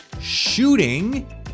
shooting